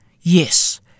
Yes